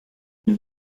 eine